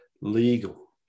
legal